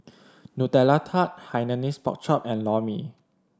Nutella Tart Hainanese Pork Chop and Lor Mee